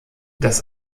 das